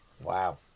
Wow